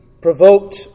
Provoked